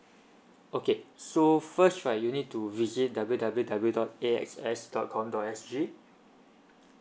okay so first right you need to visit w w w dot a x s dot com dot s g